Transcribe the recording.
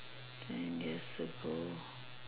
ten years ago